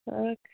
অঁ